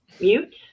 mute